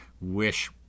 wish